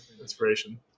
inspiration